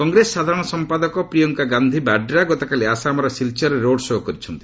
କଂଗ୍ରେସ ସାଧାରଣ ସମ୍ପାଦକ ପ୍ରିୟଙ୍କା ଗାନ୍ଧି ବାଡ୍ରା ଗତକାଲି ଆସାମର ସିଲ୍ଚରରେ ରୋଡ୍ ଶୋ' କରିଛନ୍ତି